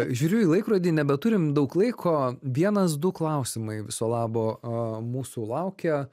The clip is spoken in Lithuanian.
žiūriu į laikrodį nebeturim daug laiko vienas du klausimai viso labo a mūsų laukia